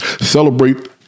Celebrate